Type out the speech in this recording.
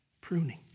pruning